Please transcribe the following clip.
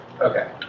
okay